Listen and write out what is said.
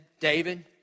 David